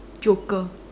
joker